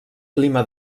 clima